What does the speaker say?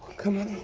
come on in,